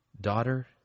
Daughter